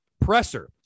presser